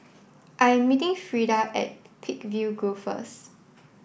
I am meeting Freeda at Peakville Grove first